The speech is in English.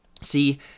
See